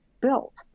built